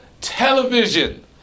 television